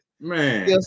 Man